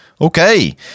Okay